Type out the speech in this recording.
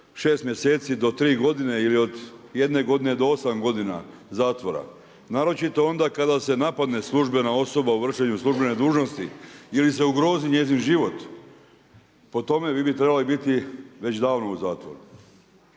šest mjeseci do tri godine ili od jedne godine do osam godina zatvora, naročito onda kada se napadne službena osoba u vršenu službene dužnosti ili se ugrozi njezin život. Po tome vi bi trebali biti već davno u zatvoru.